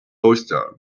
oyster